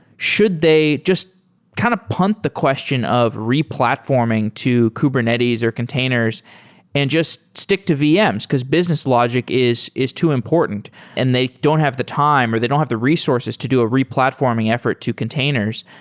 should they just kind of punt the question of replatforming to kubernetes or containers and just stick to vms, because business logic is is too important and they don't have the time or they don't have the resources to do a replatforming effort to containers.